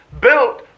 built